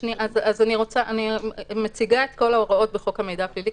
אז אני מציגה את כל ההוראות בחוק המידע הפלילי,